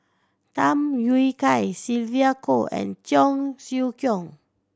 Tham Yui Kai Sylvia Kho and Cheong Siew Keong